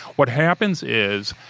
what happens is,